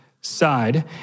Side